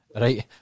right